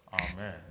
amen